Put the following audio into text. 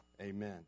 amen